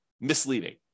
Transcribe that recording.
misleading